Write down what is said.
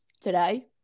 today